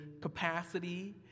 capacity